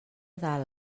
dalt